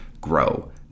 grow